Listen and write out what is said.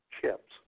chips